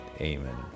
Amen